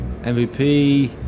MVP